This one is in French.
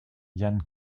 ian